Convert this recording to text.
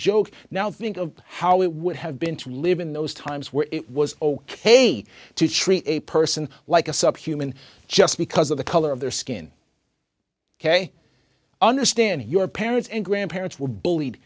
joke now think of how it would have been to live in those times where it was ok to treat a person like a subhuman just because of the color of their skin ok understand your parents and grandparents were bullied